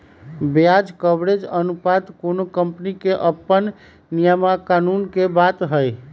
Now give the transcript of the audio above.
ब्याज कवरेज अनुपात कोनो कंपनी के अप्पन नियम आ कानून के बात हई